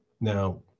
Now